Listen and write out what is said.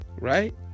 right